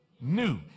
new